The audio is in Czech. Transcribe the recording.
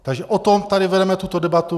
Takže o tom tady vedeme tuto debatu.